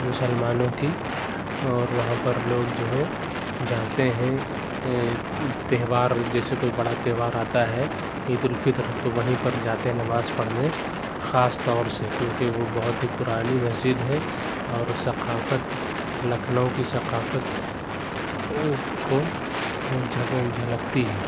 مسلمانوں کی اور وہاں پر لوگ جو ہے جاتے ہیں تہوار جیسے کوئی بڑا تہوار آتا ہے عید الفطر تو وہیں پر جاتے نماز پڑھنے خاص طور سے کیوں کہ وہ بہت ہی پُرانی مسجد ہے اور ثقافت لکھنؤ کی ثقافت کو جھلگتی ہے